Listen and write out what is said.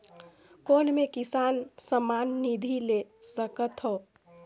कौन मै किसान सम्मान निधि ले सकथौं?